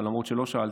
למרות שלא שאלתם,